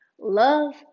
love